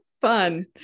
fun